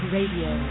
Radio